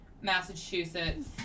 Massachusetts